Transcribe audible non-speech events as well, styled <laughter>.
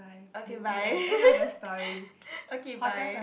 okay bye <laughs> okay bye